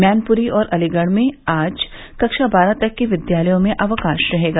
मैनपुरी और अलीगढ़ में आज कक्षा बारह तक के विद्यालयों में अवकाश रहेगा